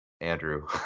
Andrew